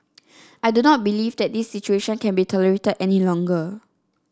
I do not believe that this situation can be tolerated any longer